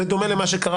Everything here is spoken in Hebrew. בדומה למה שקרה